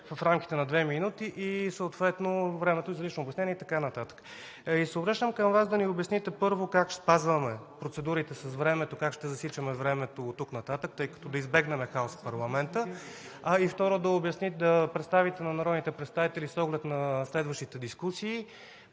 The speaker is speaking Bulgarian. в рамките на две минути, и съответно времето за лично обяснение и така нататък. Обръщам се към Вас да ни обясните: първо, как ще спазваме процедурите с времето, как ще засичаме времето оттук нататък, за да избегнем хаос в парламента, а и, второ, да представите на народните представители с оглед на следващите дискусии